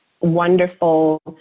wonderful